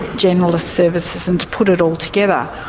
generalist services, and to put it all together.